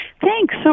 Thanks